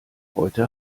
heute